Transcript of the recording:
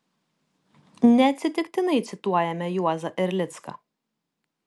neatsitiktinai cituojame juozą erlicką